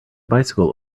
bicycle